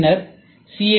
பின்னர் சி